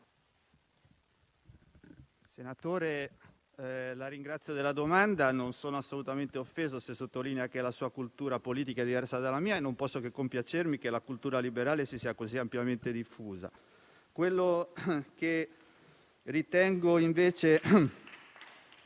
Bertoldi, la ringrazio della domanda. Non sono assolutamente offeso se sottolinea che la sua cultura politica è diversa dalla mia e non posso che compiacermi che la cultura liberale si sia così ampiamente diffusa. Quello che ritengo invece